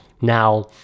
Now